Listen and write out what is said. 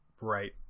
right